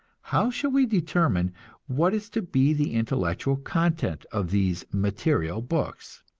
how shall we determine what is to be the intellectual content of these material books?